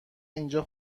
اینجا